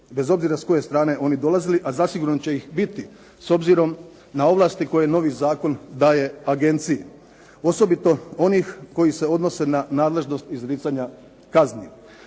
bez obzira s koje strane oni dolazili, a zasigurno će ih biti s obzirom na ovlasti koje novi zakon daje agenciji. Osobito onih koji se odnose na nadležnost izricanja kazni.